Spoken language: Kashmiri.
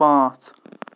پانٛژ